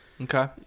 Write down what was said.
okay